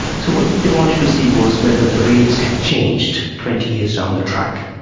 so what they wanted to see was whether the rates had changed twenty years down the track.